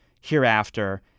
Hereafter